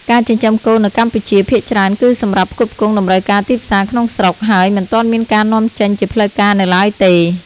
ការចិញ្ចឹមគោនៅកម្ពុជា ភាគច្រើនគឺសម្រាប់ផ្គត់ផ្គង់តម្រូវការទីផ្សារក្នុងស្រុក ហើយមិនទាន់មានការនាំចេញជាផ្លូវការនៅឡើយទេ។